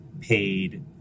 paid